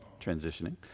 transitioning